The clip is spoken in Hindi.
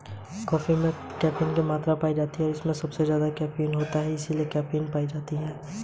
पूंजी बाजार में धन जुटाने की उनकी अन्य सीमाएँ भी हैं